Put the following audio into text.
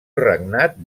regnat